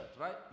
right